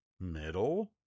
middle